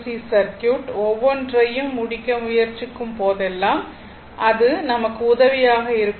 C circuit ஒவ்வொன்றையும் முடிக்க முயற்சிக்கும் போதெல்லாம் அது நமக்கு உதவியாக இருக்கும்